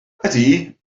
ydy